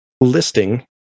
listing